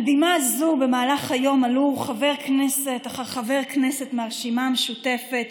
על בימה זו עלו במהלך היום חבר כנסת אחר חבר כנסת מהרשימה המשותפת,